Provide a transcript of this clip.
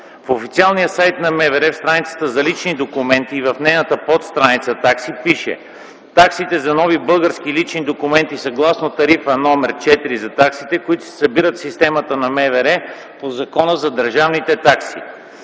В официалния сайт на МВР, в страницата за лични документи, в нейната подстраница „Такси” пише: „Таксите за нови български лични документи съгласно Тарифа № 4 за таксите, които се събират в системата на МВР по Закона за държавните такси”.